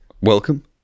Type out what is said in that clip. Welcome